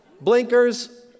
blinkers